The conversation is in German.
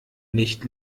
nicht